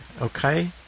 okay